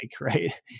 right